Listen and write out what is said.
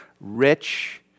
rich